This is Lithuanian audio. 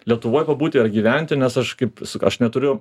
lietuvoj pabūti ar gyventi nes aš kaip su aš neturiu